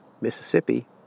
Mississippi